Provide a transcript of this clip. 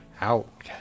out